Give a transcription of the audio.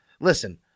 listen